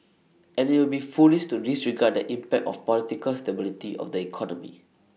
and IT would be foolish to disregard impact of political stability of the economy